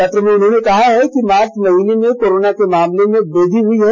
पत्र में उन्होंने कहा है कि मार्च महीने में कोरोना के मामलों में वृद्वि हुई है